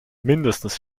mindestens